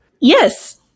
Yes